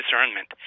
discernment